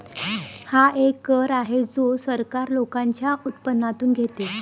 हा एक कर आहे जो सरकार लोकांच्या उत्पन्नातून घेते